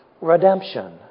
redemption